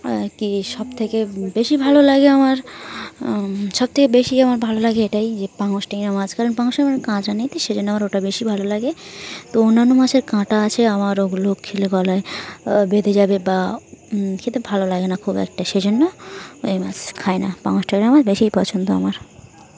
আর কি সবথেকে বেশি ভালো লাগে আমার সবথেকে বেশি আমার ভালো লাগে এটাই যে পাঙাশ ট্যাঙ্গরা মাছ কারণ পাঙাশ ট্যাংরা আমার কাঁটা নেই তো সেইজন্য আমার ওটা বেশি ভালো লাগে তো অন্যান্য মাছের কাঁটা আছে আমার ওগুলো খেলে গলায় বেঁধে যাবে বা খেতে ভালো লাগে না খুব একটা সেই জন্য ওই মাছ খায় না পাঙাশ ট্যাংরা মাছ বেশিই পছন্দ আমার